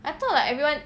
I thought like everyone